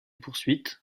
poursuites